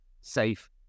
safe